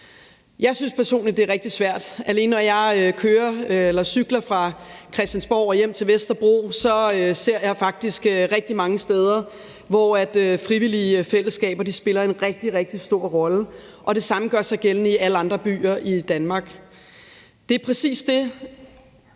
Jeg synes personligt, det er rigtig svært. Alene når jeg cykler fra Christiansborg og hjem til Vesterbro, ser jeg faktisk rigtig mange steder, hvor frivillige fællesskaber spiller en rigtig, rigtig stor rolle, og det samme gør sig gældende i alle andre byer i Danmark. Det er præcis det,